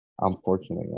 unfortunately